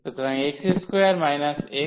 সুতরাং x2 x 0